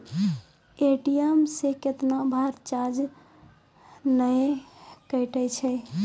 ATM से कैतना बार चार्ज नैय कटै छै?